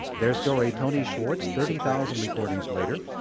their story, tony schwartz thirty thousand recordings later,